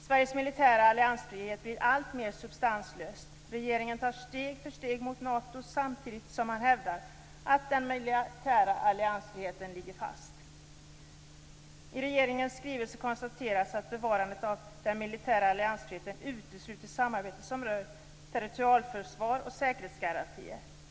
Sveriges militära alliansfrihet blir alltmer substanslöst. Regeringen går steg för steg mot Nato samtidigt som man hävdar att den militära alliansfriheten ligger fast. I regeringens skrivelse konstateras att bevarandet av den militära alliansfriheten utesluter samarbete som rör territorialförsvar och säkerhetsgarantier.